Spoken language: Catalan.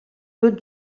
tot